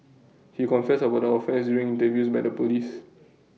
he confessed about the offence during interviews by the Police